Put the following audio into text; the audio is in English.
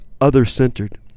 other-centered